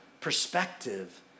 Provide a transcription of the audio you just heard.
perspective